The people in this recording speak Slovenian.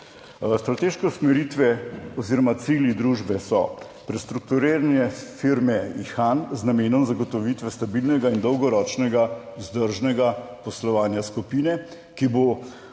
Strateške usmeritve oziroma cilji družbe so prestrukturiranje firme Ihan z namenom zagotovitve stabilnega in dolgoročnega vzdržnega poslovanja skupine, ki bo omogočila